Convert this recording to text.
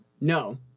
No